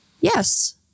Yes